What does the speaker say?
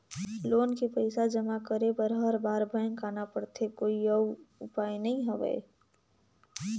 Loan के पईसा जमा करे बर हर बार बैंक आना पड़थे कोई अउ उपाय नइ हवय?